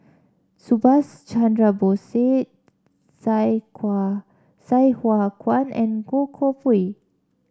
Subhas Chandra Bose Sai Hua Kuan and Goh Koh Pui